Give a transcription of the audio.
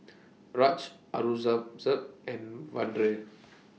Raj Aurangzeb and Vedre